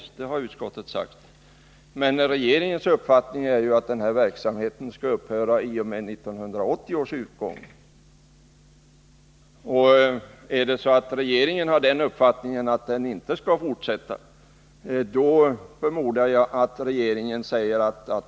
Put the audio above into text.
Ja, det har utskottet visserligen sagt, men regeringens uppfattning är ju att verksamheten skall upphöra i och med 1980 års utgång.